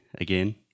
again